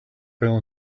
fell